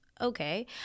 okay